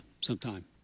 sometime